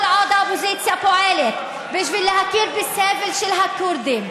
כל עוד האופוזיציה פועלת בשביל להכיר בסבל של הכורדים,